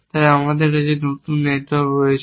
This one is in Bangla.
তাই আমাদের নতুন নেটওয়ার্ক রয়েছে